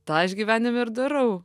tą aš gyvenime ir darau